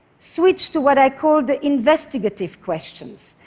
switch to what i call the investigative questions,